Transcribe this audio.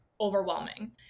overwhelming